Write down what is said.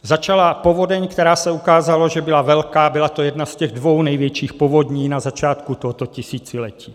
Začala povodeň, která, jak se ukázalo, že byla velká, byla to jedna z těch dvou největších povodní na začátku tohoto tisíciletí.